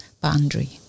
boundary